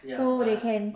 so they can